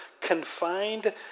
confined